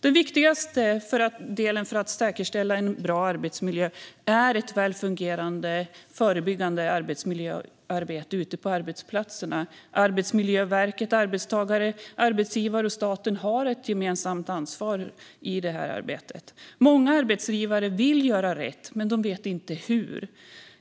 Den viktigaste delen för att säkerställa en bra arbetsmiljö är ett väl fungerande förebyggande arbetsmiljöarbete ute på arbetsplatserna. Arbetsmiljöverket, arbetstagare, arbetsgivare och staten har ett gemensamt ansvar i det här arbetet. Många arbetsgivare vill göra rätt, men de vet inte hur.